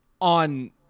on